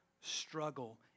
struggle